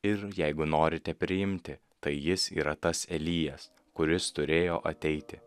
ir jeigu norite priimti tai jis yra tas elijas kuris turėjo ateiti